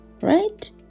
Right